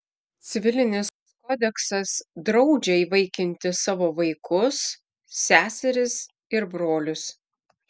civilinis kodeksas draudžia įvaikinti savo vaikus seserys ir brolius